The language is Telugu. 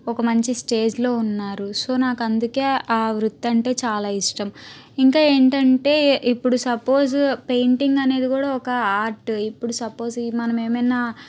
ఒక మంచి స్టేజ్లో ఉన్నారు సో నాకందుకే ఆ వృత్తి అంటే చాలా ఇష్టం ఇంకా ఏంటంటే ఇప్పుడు సపోజు పెయింటింగ్ అనేది కూడా ఒక ఆర్ట్ ఇప్పుడు సపోజు మనం ఏమన్న